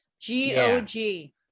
G-O-G